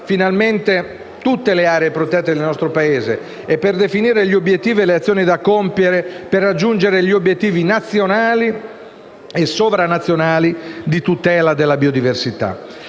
finalmente tutte le aree protette del nostro Paese, e per definire gli obiettivi e le azioni da compiere per raggiungere gli obiettivi nazionali e sovranazionali di tutela della biodiversità.